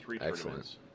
excellent